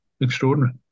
extraordinary